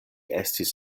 estis